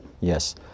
Yes